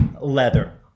Leather